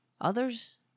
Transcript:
others